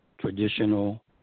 traditional